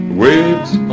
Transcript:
waves